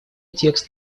текст